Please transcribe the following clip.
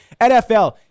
NFL